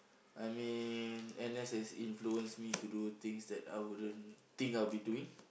I mean N_S has influence me to do things that I wouldn't think I'll be doing